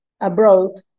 abroad